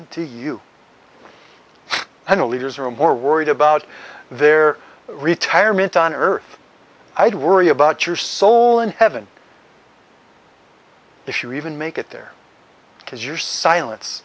to you i know leaders are more worried about their retirement on earth i'd worry about your soul in heaven if you even make it there because your silence